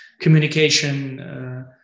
communication